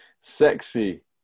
Sexy